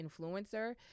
influencer